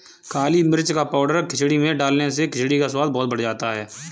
काली मिर्च का पाउडर खिचड़ी में डालने से खिचड़ी का स्वाद बहुत बढ़ जाता है